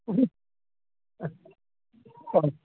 ಹ್ಞೂ ಹಾಂ